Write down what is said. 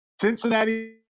Cincinnati